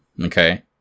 Okay